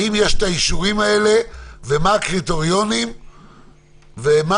האם יש אישורים כאלה ומה הקריטריונים ומה